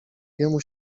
jemu